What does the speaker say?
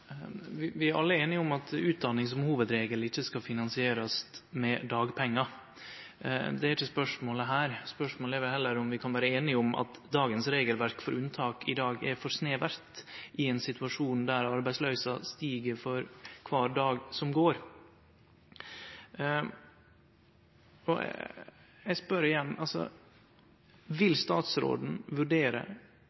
Vi er alle einige om at utdanning som hovudregel ikkje skal finansierast med dagpengar. Det er ikkje spørsmålet her. Spørsmålet er vel heller om vi kan vere einige om at dagens regelverk for unntak er for snevert, i ein situasjon der arbeidsløysa stig for kvar dag som går. Eg spør igjen: Vil